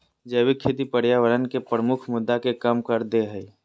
जैविक खेती पर्यावरण के प्रमुख मुद्दा के कम कर देय हइ